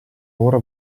ora